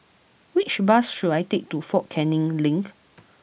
which bus should I take to Fort Canning Link